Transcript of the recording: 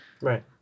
Right